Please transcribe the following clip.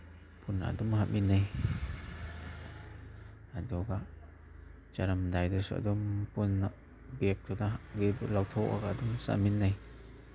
ꯄꯨꯟꯅ ꯑꯗꯨꯝ ꯍꯥꯞꯃꯤꯟꯅꯩ ꯆꯥꯔꯝꯗꯥꯏꯗꯁꯨ ꯑꯗꯨꯝ ꯄꯨꯟꯅ ꯕꯦꯒꯇꯨ ꯂꯧꯊꯣꯛꯑꯒ ꯑꯗꯨꯝ ꯆꯥꯃꯤꯟꯅꯩ